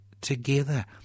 together